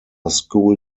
school